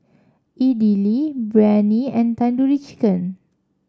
Idili Biryani and Tandoori Chicken